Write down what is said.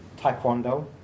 taekwondo